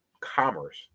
commerce